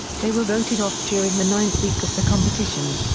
they were voted off during the ninth week of the competition.